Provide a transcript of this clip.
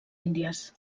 índies